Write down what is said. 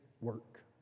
work